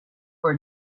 for